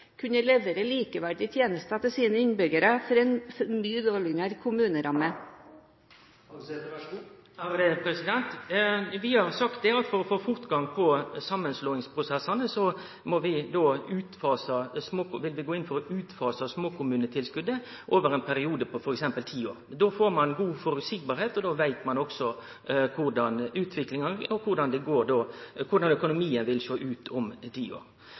kunne levere likeverdige tjenester til sine innbyggere innenfor en mye dårligere kommuneramme? Vi har sagt at for å få fortgang i samanslåingsprosessane vil vi gå inn for å utfase småkommunetilskotet over ein periode på f.eks. ti år. Det vil vere føreseieleg, og då veit ein òg korleis utviklinga blir, og korleis økonomien vil sjå ut om ti år. Det vil sjølvsagt medføre at enkelte små kommunar vil